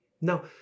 Now